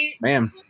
Man